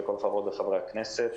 וכל חברות וחברי הכנסת,